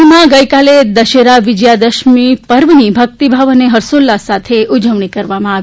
રાજ્યમાં ગઇકાલે દશેરા વિજયાદશમી પર્વની ભક્તિભાવ અને હર્ષોઉલ્લાસ સાથે ઉજવણી કરવામાં આવી